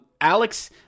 Alex